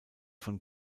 von